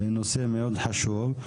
נושא מאוד חשוב.